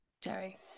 Jerry